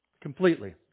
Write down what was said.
completely